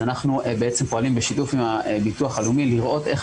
אנחנו פועלים בשיתוף עם הביטוח הלאומי לראות איך